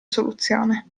soluzione